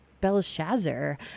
Belshazzar